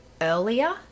earlier